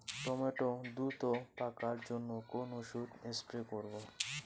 Tomato দ্রুত পাকার জন্য কোন ওষুধ স্প্রে করব?